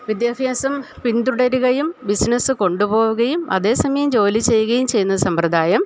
വിദ്യാഭ്യാസം പിന്തുടരുകയും ബിസിനസ്സ് കൊണ്ടുപോകുകയും അതേസമയം ജോലി ചെയ്യുകയും ചെയ്യുന്ന സമ്പ്രദായം